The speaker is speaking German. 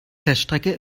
teststrecke